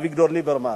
אביגדור ליברמן.